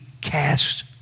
cast